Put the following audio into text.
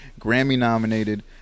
Grammy-nominated